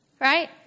Right